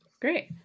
Great